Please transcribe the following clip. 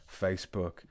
Facebook